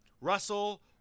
Russell